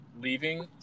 leaving